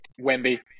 Wemby